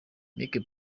mike